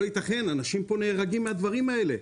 זה לא ייתכן, אנשים נהרגים מהדברים האלה.